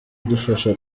idufasha